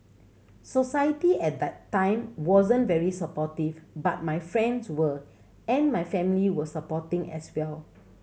society at that time wasn't very supportive but my friends were and my family were supporting as well